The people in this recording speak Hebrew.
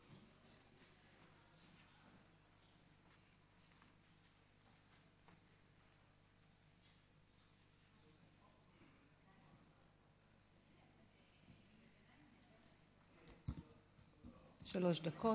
שלוש דקות,